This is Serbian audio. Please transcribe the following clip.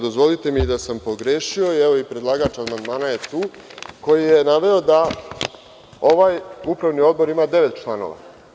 Dozvolite mi i da sam pogrešio, evo, i predlagač amandmana je tu koji je naveo da ovaj upravni odbor ima devet članova.